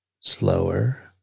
slower